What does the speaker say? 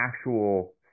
actual